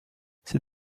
ces